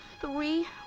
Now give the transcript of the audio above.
three